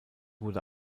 wurde